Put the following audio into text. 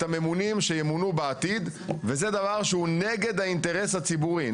הממונים שימונו בעתיד וזה דבר שהוא נגד האינטרס הציבורי.